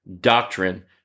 doctrine